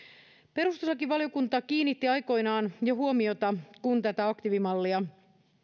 perustuslakivaliokunta kiinnitti huomiota jo aikoinaan kun tätä aktiivimallia